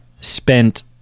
spent